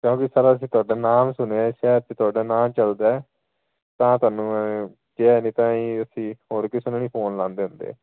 ਕਿਉਂਕਿ ਸਰ ਅਸੀਂ ਤੁਹਾਡਾ ਨਾਮ ਸੁਣਿਆ ਸ਼ਹਿਰ 'ਤੇ ਤੁਹਾਡਾ ਨਾਂ ਚੱਲਦਾ ਤਾਂ ਤੁਹਾਨੂੰ ਮੈਂ ਕਿਹਾ ਨਹੀਂ ਤਾਂ ਅਸੀਂ ਹੋਰ ਕਿਸੇ ਨੂੰ ਵੀ ਫੋਨ ਲਾਉਂਦੇ ਹੁੰਦੇ